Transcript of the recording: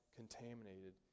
contaminated